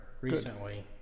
recently